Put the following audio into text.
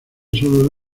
solo